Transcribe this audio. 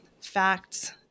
facts